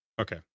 okay